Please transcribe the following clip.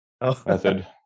method